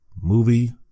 movie